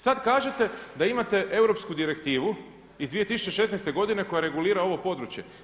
Sad kažete da imate europsku direktivu iz 2016. godine koja regulira ovo područje.